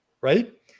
right